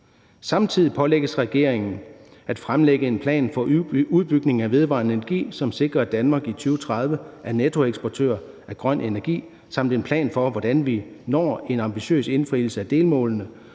Samtidig pålægges regeringen at fremlægge en plan for udbygning af vedvarende energi, som sikrer, at Danmark i 2030 er nettoeksportør af grøn energi, samt en plan for, hvordan vi når en ambitiøs indfrielse af delmålet